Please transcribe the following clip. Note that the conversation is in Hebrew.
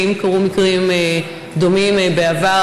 האם קרו מקרים דומים בעבר?